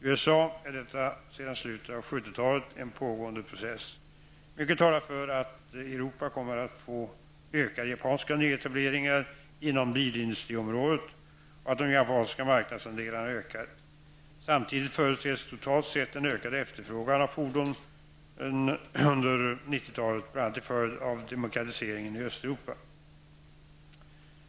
I USA är detta sedan slutet av 70-talet en pågående process. Mycket talar för att Europa kommer att få ökade japanska nyetableringar inom bilindustriområdet och att de japanska marknadsandelarna ökar. Samtidigt förutses totalt sett en ökad efterfrågan av fordon under 90-talet, bl.a. till följd av demokratiseringen i Östeuropa.